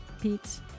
Pete's